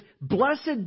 blessed